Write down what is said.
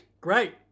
Great